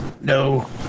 no